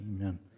Amen